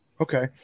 okay